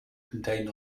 contained